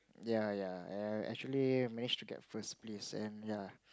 ya ya I actually managed to get first place and ya